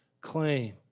claim